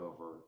over